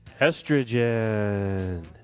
estrogen